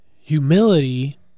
humility